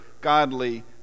godly